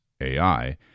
AI